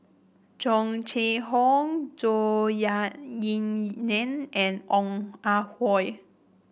Tung Chye Hong Zhou Ying Nan and Ong Ah Hoi